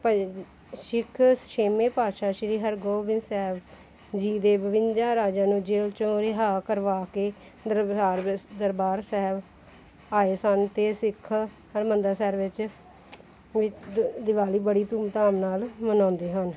ਪ ਸਿੱਖ ਛੇਵੇਂ ਪਾਤਸ਼ਾਹ ਸ਼੍ਰੀ ਹਰਗੋਬਿੰਦ ਸਾਹਿਬ ਜੀ ਦੇ ਬਵੰਜਾ ਰਾਜਿਆਂ ਨੂੰ ਜੇਲ 'ਚੋਂ ਰਿਹਾਅ ਕਰਵਾ ਕੇ ਦਰਬਾਰ ਸਾਹਿਬ ਆਏ ਸਨ ਅਤੇ ਸਿੱਖ ਹਰਿਮੰਦਰ ਸਾਹਿਬ ਵਿੱਚ ਦਿਵਾਲੀ ਬੜੀ ਧੂਮਧਾਮ ਨਾਲ ਮਨਾਉਂਦੇ ਹਨ